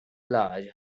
large